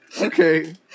Okay